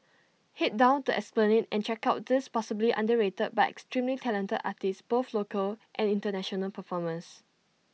Head down to the esplanade and check out these possibly underrated but extremely talented artists both local and International performers